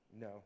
No